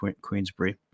Queensbury